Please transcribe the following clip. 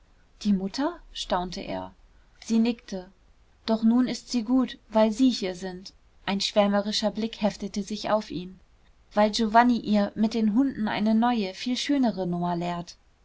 die mutter staunte er sie nickte doch nun ist sie gut weil sie hier sind ein schwärmerischer blick heftete sich auf ihn weil giovanni ihr mit den hunden eine neue viel schönere nummer lehrt